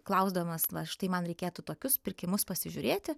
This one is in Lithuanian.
klausdamas va štai man reikėtų tokius pirkimus pasižiūrėti